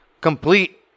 complete